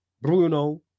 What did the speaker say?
Bruno